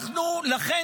לכן,